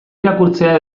irakurtzea